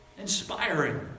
inspiring